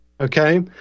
Okay